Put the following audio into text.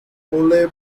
ole